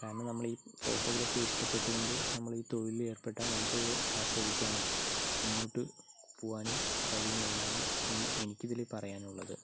കാരണം നമ്മളീ ഫോട്ടോഗ്രാഫി ഇഷ്ടപ്പെട്ടുകൊണ്ട് നമ്മളീ തൊഴിലിലേർപ്പെട്ടാൽ നമുക്ക് ആസ്വദിക്കാനും മുൻപോട്ടു പോകാനും കഴിയും എന്നാണ് എനി എനിക്കിതിൽ പറയാനുള്ളത്